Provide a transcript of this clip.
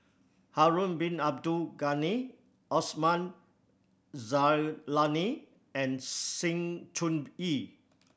Harun Bin Abdul Ghani Osman Zailani and Sng Choon Yee